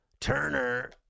Turner